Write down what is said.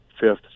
fifth